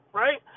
right